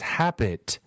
habit